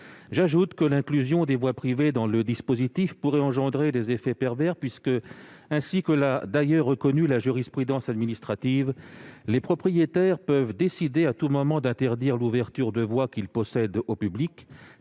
ailleurs, l'inclusion des voies privées dans le dispositif pourrait engendrer des effets pervers : comme l'a reconnu la jurisprudence administrative, les propriétaires peuvent décider à tout moment d'interdire l'ouverture au public de voies qu'ils possèdent.